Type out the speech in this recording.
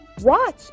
Watch